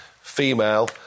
female